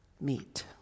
meet